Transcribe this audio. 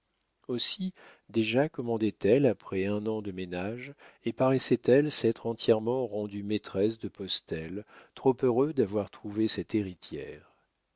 aussi déjà commandait elle après un an de ménage et paraissait-elle s'être entièrement rendue maîtresse de postel trop heureux d'avoir trouvé cette héritière